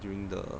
during the